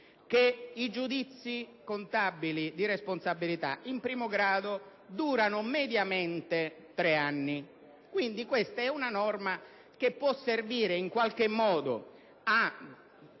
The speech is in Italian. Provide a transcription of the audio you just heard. che i giudizi contabili di responsabilità in primo grado durano mediamente tre anni. Questa, quindi, è una norma che può servire in qualche modo a